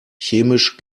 chemisch